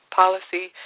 policy